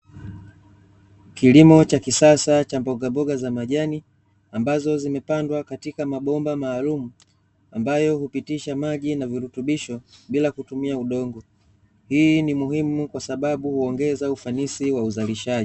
Kilimo cha kisasa cha mbogamboga za majani ambazo zimepandwa katika mabomba maalumu, ambayo hupitisha maji na virutubisho bila kutumia udongo. Hii ni muhimu kwa sababu huongeza ufanisi wa uzalishaji.